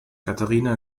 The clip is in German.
katharina